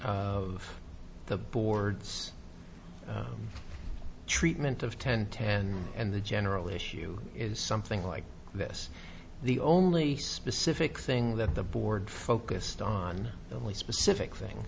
of the board's treatment of ten ten and the general issue is something like this the only specific thing that the board focused on the only specific thing